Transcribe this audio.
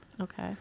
Okay